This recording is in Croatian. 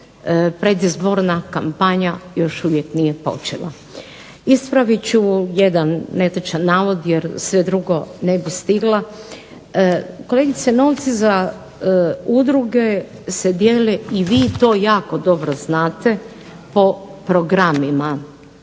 predizborna kampanja još uvijek nije počela. Ispravit ću jedan netočan navod jer sve drugo ne bih stigla. Kolegice novci za udruge se dijele i vi to jako dobro znate po programima,